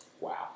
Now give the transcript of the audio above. Wow